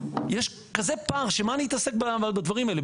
יש כזה פער שמה נתעסק בדברים האלה?